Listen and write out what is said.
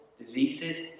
diseases